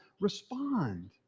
respond